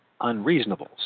unreasonable